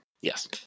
Yes